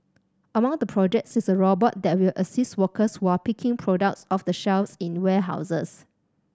among the projects is a robot that will assist workers were are picking products off the shelves in warehouses